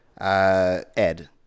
Ed